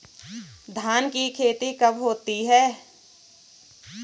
धान की खेती कब होती है?